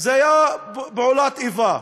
היו פעולות איבה.